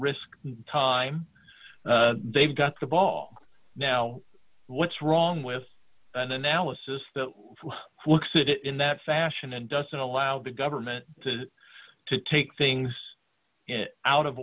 risk time they've got the ball now what's wrong with an analysis that looks at it in that fashion and doesn't allow the government to take things in out of